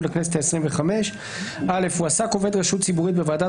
לכנסת העשרים וחמש הועסק עובד רשות ציבורית בוועדת